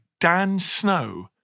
DANSNOW